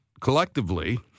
collectively